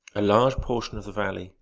a large portion of the valley,